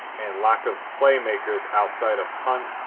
and lack of play makers outside of hunt,